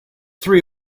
three